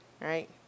right